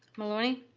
maloney?